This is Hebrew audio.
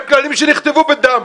אלה כללים שנכתבו בדם.